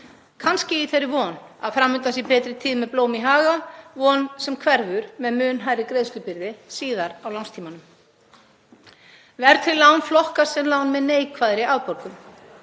kannski í þeirri von að fram undan sé betri tíð með blóm í haga, von sem hverfur með mun hærri greiðslubyrði síðar á lánstímanum. Verðtryggð lán flokkast sem lán með neikvæðri afborgun.